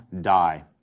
die